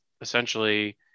essentially